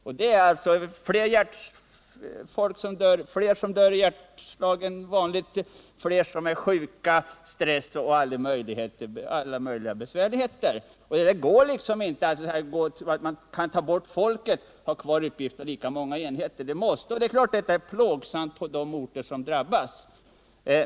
Resultatet blir att fler än vanligt dör i hjärtslag, fler blir sjuka, drabbas av stress och alla möjliga besvärligheter. Det går alltså inte att tro att man kan ta bort folk och ha kvar uppgifterna på lika många enheter. Det är klart att indragningar av förband är plågsamma för de orter som drabbas.